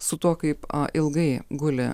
su tuo kaip ilgai guli